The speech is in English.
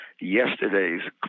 yesterday's